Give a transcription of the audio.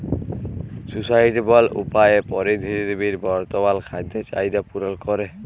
sustainable উপায়ে পীরথিবীর বর্তমাল খাদ্য চাহিদ্যা পূরল ক্যরে